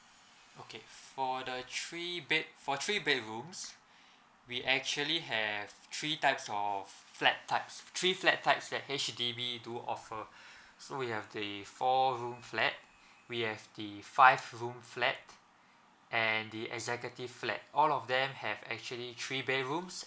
okay for the three bed~ for three bedrooms we actually have three types of flat types three flat types that H_D_B do offer so we have the four room flat we have the five room flat and the executive flat all of them have actually three bedrooms